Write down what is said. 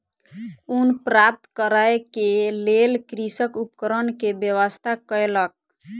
ऊन प्राप्त करै के लेल कृषक उपकरण के व्यवस्था कयलक